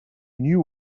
knew